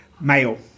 male